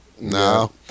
no